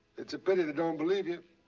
it's a pity they don't believe you.